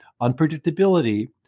unpredictability